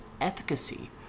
efficacy